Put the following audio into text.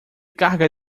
carga